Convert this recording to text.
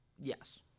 Yes